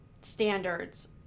standards